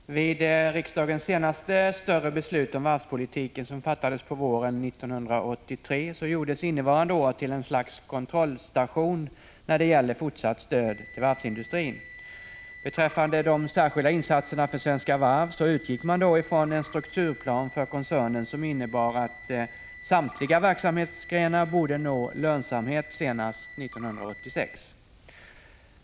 Fru talman! Vid riksdagens senaste större beslut om varvspolitiken, som fattades på våren 1983, gjordes innevarande år till ett slags kontrollstation när det gäller fortsatt stöd till varvsindustrin. Beträffande de särskilda insatserna för Svenska Varv utgick man från en strukturplan för koncernen som innebar att samtliga verksamhetsgrenar borde nå lönsamhet senast 1986.